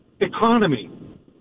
economy